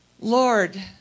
Lord